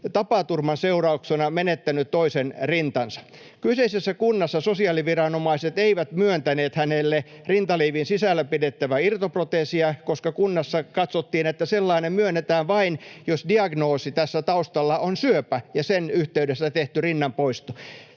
tapaturman seurauksena menettänyt toisen rintansa. Kyseisessä kunnassa sosiaaliviranomaiset eivät myöntäneet hänelle rintaliivin sisällä pidettävää irtoproteesia, koska kunnassa katsottiin, että sellainen myönnetään vain, jos diagnoosi tässä taustalla on syöpä ja sen yhteydessä tehty rinnanpoisto.